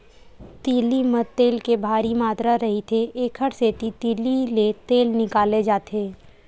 तिली म तेल के भारी मातरा रहिथे, एकर सेती तिली ले तेल निकाले जाथे